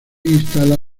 instala